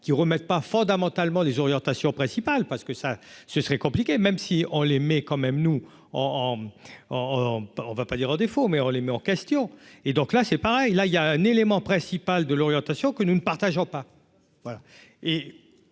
qui remettent pas fondamentalement les orientations principales parce que ça ce serait compliqué, même si on les met quand même nous en en en en, on ne va pas dire à défaut mais on les met en question et donc là c'est pareil, là il y a un élément principal de l'orientation que nous ne partageons pas voilà et